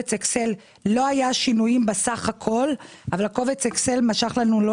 לא היו שינויים בסך הכול אבל קובץ האקסל משך לנו לא